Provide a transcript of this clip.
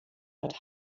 hat